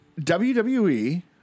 WWE